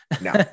No